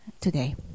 today